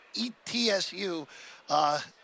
ETSU